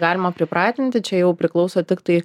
galima pripratinti čia jau priklauso tiktai